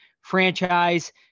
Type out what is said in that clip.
franchise